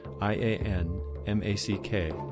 i-a-n-m-a-c-k